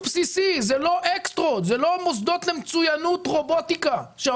הבסיס הכי בסיסי של יכולת לקיים מוסדות חינוך כאשר גם